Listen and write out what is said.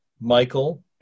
Michael